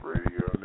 Radio